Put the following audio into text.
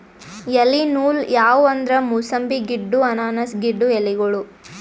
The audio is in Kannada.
ಎಲಿ ನೂಲ್ ಯಾವ್ ಅಂದ್ರ ಮೂಸಂಬಿ ಗಿಡ್ಡು ಅನಾನಸ್ ಗಿಡ್ಡು ಎಲಿಗೋಳು